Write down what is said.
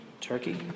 Turkey